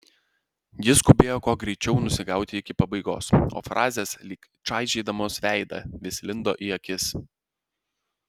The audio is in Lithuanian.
ji skubėjo kuo greičiau nusigauti iki pabaigos o frazės lyg čaižydamos veidą vis lindo į akis